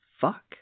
fuck